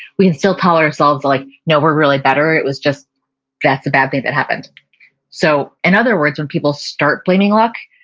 we can still tell ourselves like, no, we're really better. it was just bad thing that happened so in other words, when people start blaming luck,